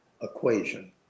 equation